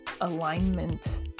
alignment